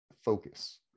focus